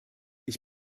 ich